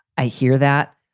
i hear that.